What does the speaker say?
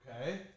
Okay